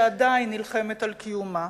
שעדיין נלחמת על קיומה,